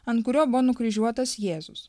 ant kurio buvo nukryžiuotas jėzus